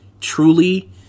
truly